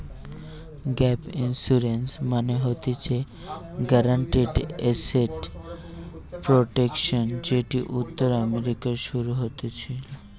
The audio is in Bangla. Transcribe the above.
গ্যাপ ইন্সুরেন্স মানে হতিছে গ্যারান্টিড এসেট প্রটেকশন যেটি উত্তর আমেরিকায় শুরু হতেছিলো